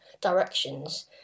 directions